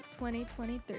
2023